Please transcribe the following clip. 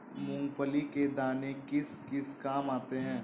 मूंगफली के दाने किस किस काम आते हैं?